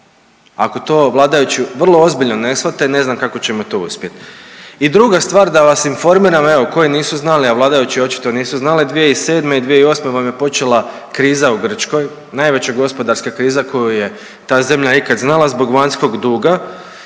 ako to vladajući vrlo ozbiljno ne shvate ne znam kako ćemo to uspjeti. I druga stvar da vas informiram evo koji nisu znali, a vladajući očito nisu znali 2007. i 2008. vam je počela kriza u Grčkoj, najveća gospodarska kriza koju je ta zemlja ikad znala zbog vanjskog duga